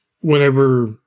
whenever